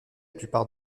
plupart